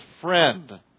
friend